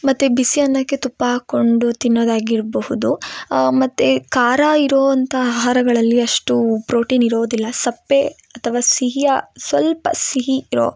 ಮತ್ತು ಬಿಸಿ ಅನ್ನಕ್ಕೆ ತುಪ್ಪ ಹಾಕೊಂಡು ತಿನ್ನೋದು ಆಗಿರ್ಬಹುದು ಮತ್ತು ಖಾರ ಇರೋಂತ ಆಹಾರಗಳಲ್ಲಿ ಅಷ್ಟು ಪ್ರೋಟೀನ್ ಇರೋದಿಲ್ಲ ಸಪ್ಪೆ ಅಥವ ಸಿಹಿಯ ಸ್ವಲ್ಪ ಸಿಹಿ ಇರೋ